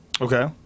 Okay